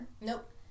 Nope